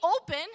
open